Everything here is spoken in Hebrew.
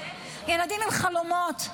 ילדים עם חלומות: